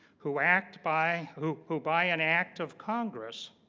who act by who who by an act of congress